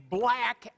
black